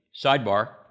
Sidebar